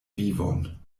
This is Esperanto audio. vivon